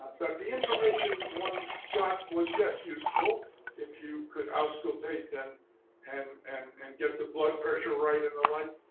that the information one got was, yes, useful if you could auscultate them and and and get the blood pressure right and the like.